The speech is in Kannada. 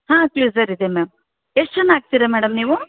ಹಾಂ ಇದೆ ಮ್ಯಾಮ್ ಎಷ್ಟು ಜನ ಆಗ್ತೀರ ಮೇಡಮ್ ನೀವು